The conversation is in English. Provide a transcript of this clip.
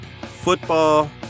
football